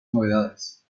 novedades